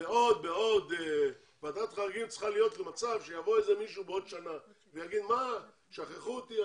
ועדת חריגים צריכה להיות למקרה שבעוד שנה יבוא מישהו ויגיד: שכחו אותי,